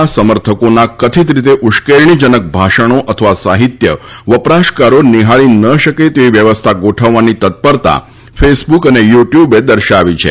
ના સમર્થકોના કથિત રીતે ઉશ્કેરણીજનક ભાષણો અથવા સાહિત્ય વપરાશકારો નિહાળી ન શકે તેવી વ્યવસ્થા ગોઠવવાની તત્પરતા ફેસબુક તથા યૂટ્યૂબે દર્શાવી છે